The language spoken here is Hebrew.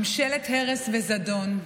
ממשלת הרס וזדון,